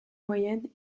moyenne